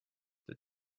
the